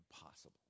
impossible